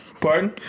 pardon